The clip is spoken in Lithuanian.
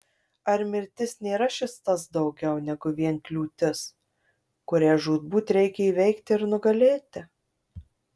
ar mirtis nėra šis tas daugiau negu vien kliūtis kurią žūtbūt reikia įveikti ir nugalėti